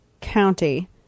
County